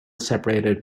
separated